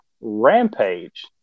Rampage